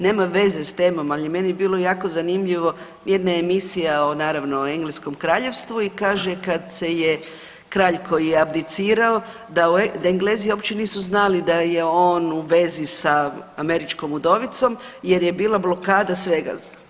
Nema veze s temom, ali meni je bilo jako zanimljivo jedna emisija naravno o engleskom kraljevstvu i kaže kad se je kralj koji je abdicirao da Englezi uopće nisu znali da je on u vezi sa američkom udovicom jer je bila blokada svega.